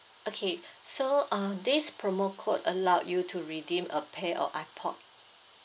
okay so uh this promo code allowed you to redeem a pair of ipod